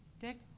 Dick